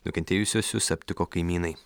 nukentėjusiuosius aptiko kaimynai